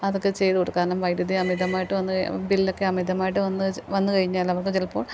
അതൊക്കെ ചെയ്തു കൊടുക്കുക കാരണം വൈദ്യുതി അമിതമായിട്ട് വന്ന് ബില്ലൊക്കെ അമിതമായിട്ട് വന്നു വന്നു കഴിഞ്ഞാൽ അവർക്ക് ചിലപ്പോൾ